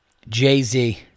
Jay-Z